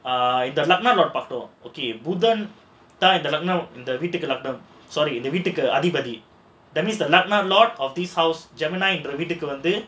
புதன் தான் இந்த வீட்டுக்கு லக்கினம்:budhanthaan indha veetukku lakkinam sorry இந்த வீட்டுக்கு அதிபதி:indha veetukku adhipathi that means the இந்த வீட்டுக்கு வந்து:indha veetukku vandhu